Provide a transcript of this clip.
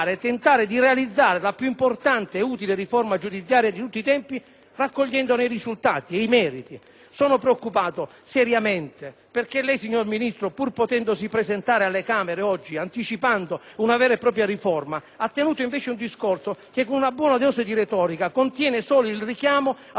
raccogliendone i risultati e i meriti. Sono preoccupato seriamente, perché lei, signor Ministro, pur potendosi presentare alle Camere, oggi, anticipando una vera e propria riforma, ha tenuto invece un discorso che, con una buona dose di retorica, contiene solo il richiamo ad una serie di interventi, i più importanti dei quali, sul piano normativo, sono già il risultato